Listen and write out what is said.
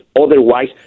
Otherwise